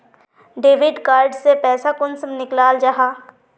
Debit card से पैसा कुंसम निकलाल जाहा?